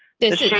this